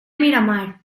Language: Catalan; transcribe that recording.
miramar